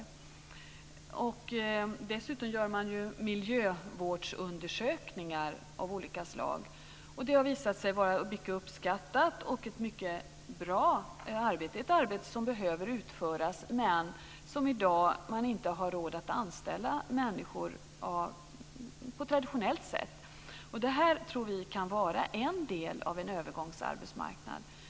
Dessutom gör man ju miljövårdsundersökningar av olika slag. Och det har visat sig vara ett mycket uppskattat och bra arbete, ett arbete som behöver utföras men som man i dag inte har råd att anställa människor på traditionellt sätt för att utföra. Detta tror vi kan vara en del av en övergångsarbetsmarknad.